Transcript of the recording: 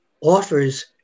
offers